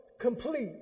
Complete